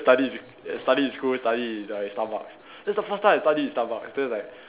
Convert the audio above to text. study in s~ study in school study in like Starbucks this the first time I study in Starbucks then like